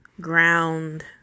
ground